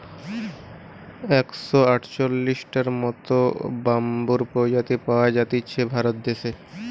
একশ আটচল্লিশটার মত বাম্বুর প্রজাতি পাওয়া জাতিছে ভারত দেশে